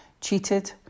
cheated